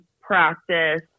practice